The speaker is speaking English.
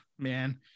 Man